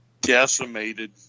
decimated